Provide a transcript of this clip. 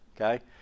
okay